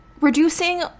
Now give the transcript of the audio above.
Reducing